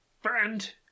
Friend